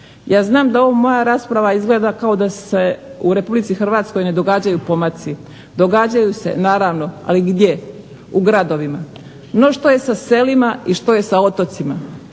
Ja znam da ova moja rasprava izgleda kao da se u Republici Hrvatskoj ne događaju pomaci. Događaju se naravno, ali gdje – u gradovima. No, što je sa selima i što je sa otocima?